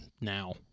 now